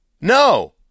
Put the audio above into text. No